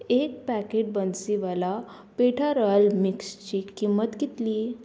एक packet Bansiwala petha royal mix ची किंमत कितली